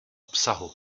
obsahu